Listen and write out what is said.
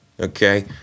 okay